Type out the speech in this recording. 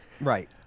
Right